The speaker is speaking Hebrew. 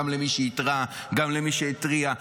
גם למי שהתריע,